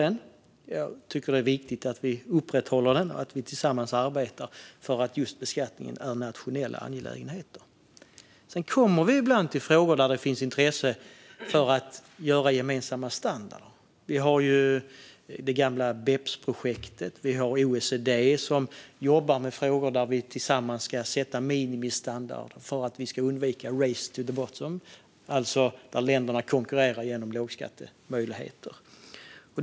Det är viktigt att vi upprätthåller den och arbetar tillsammans för att just beskattningen ska vara en nationell angelägenhet. Ibland kommer vi till frågor där det finns intresse för att ha gemensamma standarder. Vi har det gamla Bepsprojektet. Och OECD jobbar med att vi tillsammans ska sätta minimistandarder för att undvika ett race to the bottom, alltså att länderna konkurrerar genom lågskattemöjligheter.